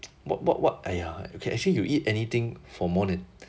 wh~ wh~ what !aiya! okay actually you eat anything for more than